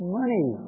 money